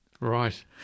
Right